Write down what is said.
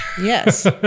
Yes